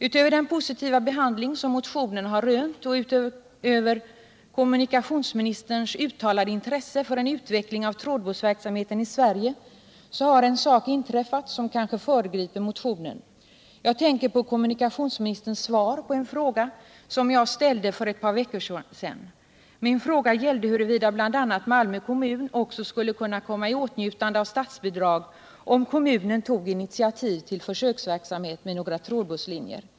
Utöver den positiva behandling som motionen har rönt och utöver kommunikationsministerns uttalade intresse för en utveckling av trådbussverksamheten i Sverige har något inträffat som kanske föregriper den behandling motionen fått. Jag tänker på kommunikationsministerns svar på en fråga som jag ställde för ett par veckor sedan. Min fråga gällde huruvida bl.a. Malmö kommun också skulle kunna komma i åtnjutande av statsbidrag, om kommunen tog initiativ till försöksverksamhet med några trådbusslinjer.